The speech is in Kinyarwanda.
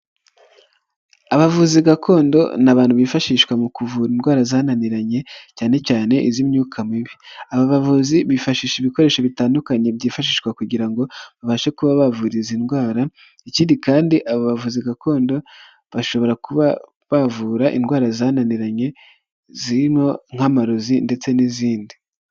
Abavuzi gakondo ni abantu bifashishwa mu kuvura indwara zananiranye cyane cyane iz'imyuka mibi. Aba bavuzi bifashisha ibikoresho bitandukanye byifashishwa kugira ngo babashe kuba bavura izi indwara, ikindi kandi aba bavuzi gakondo bashobora kuba bavura indwara zananiranye, zirimo nk'amarozi ndetse n'izindi.